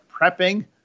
prepping